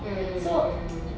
mm mm mm mm